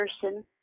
person